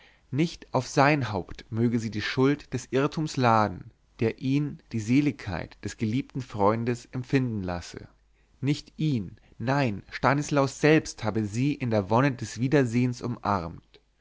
nicht auf sein haupt möge sie die schuld des irrtums laden der ihn die seligkeit des geliebten freundes empfinden lassen nicht ihn nein stanislaus selbst habe sie in der wonne des wiedersehens umarmt